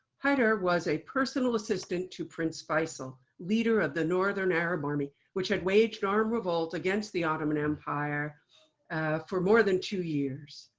haidar was a personal assistant to prince faisal, leader of the northern arab army, which had waged armed revolt against the ottoman empire for more than two years.